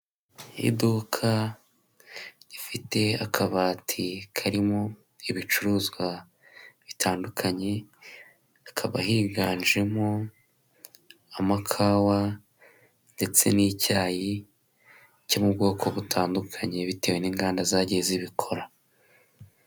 Iduka rifite akabati karimo ibicuruzwa bitandukanye hakaba higanjemo amakawa ndetse n'icyayi cyo mu bwoko butandukanye bitewe n'inganda zagiye zibikora.